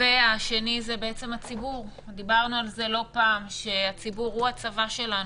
והשנייה היא הציבור דיברנו לא פעם על כך שהציבור הוא הצבא שלנו,